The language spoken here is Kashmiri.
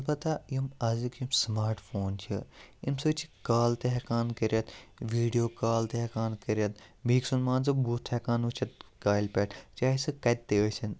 البتہ یِم اَزِکۍ یِم سٕمارٹ فون چھِ ییٚمہِ سۭتۍ چھِ کال تہِ ہٮ۪کان کٔرِتھ ویٖڈیو کال تہِ ہٮ۪کان کٔرِتھ بیٚکہِ سُنٛد مان ژٕ بُتھ ہٮ۪کان وُچھِتھ کالہِ پٮ۪ٹھ چاہے سُہ کَتہِ تہِ ٲسِن